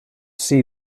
see